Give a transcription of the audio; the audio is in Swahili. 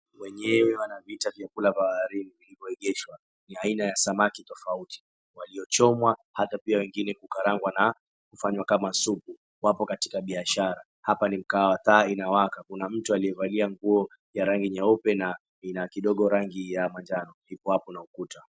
Wenyewe wanaviita vyakula vya baharini vilivoegeshwa. Ni aina ya samaki tofauti waliochomwa hata pia wengine kukarangwa na kufanywa kama supu. Wapo kwenye biashara. Hapa ni kwenye mgahawa. Taa unawaka. kuna mtu aliyevalia nguo ya rangi nyeupe na ina kidogo rangi ya manjano yuko hapo na ukuta.